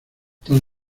tan